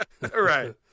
Right